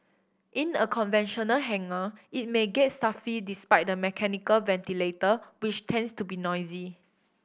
in a conventional hangar it may get stuffy despite the mechanical ventilator which tends to be noisy